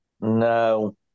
No